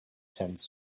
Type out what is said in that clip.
tents